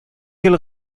гел